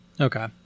Okay